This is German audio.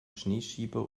schneeschieber